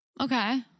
Okay